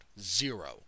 Zero